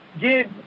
get